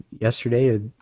yesterday